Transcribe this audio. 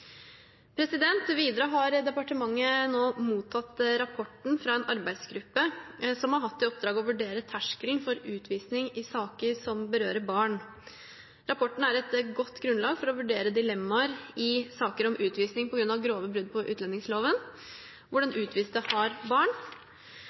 Videre har departementet nå mottatt rapporten fra en arbeidsgruppe som har hatt i oppdrag å vurdere terskelen for utvisning i saker som berører barn. Rapporten er et godt grunnlag for å vurdere dilemmaer i saker om utvisning på grunn av grove brudd på utlendingsloven hvor den